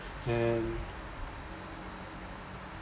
and